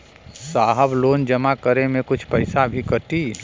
साहब लोन जमा करें में कुछ पैसा भी कटी?